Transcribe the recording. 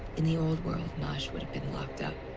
in the old world, nosh would have been locked up.